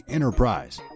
Enterprise